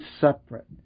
separate